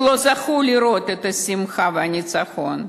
שלא זכו לראות את השמחה והניצחון,